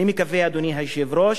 אני מקווה, אדוני היושב-ראש,